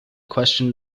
question